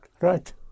Right